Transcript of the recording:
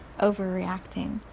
overreacting